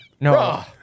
No